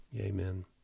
Amen